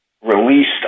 released